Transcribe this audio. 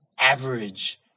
average